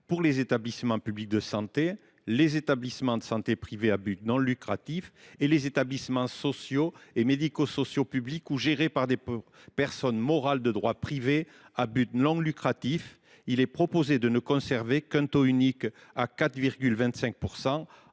pour les établissements publics de santé, les établissements de santé privés à but non lucratif et les établissements sociaux et médico sociaux publics ou gérés par des personnes morales de droit privé à but non lucratif. Nous souhaitons ne conserver qu’un taux unique de 4,25